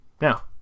Now